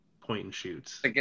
point-and-shoots